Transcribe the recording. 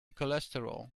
cholesterol